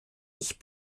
ich